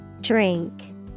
Drink